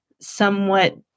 somewhat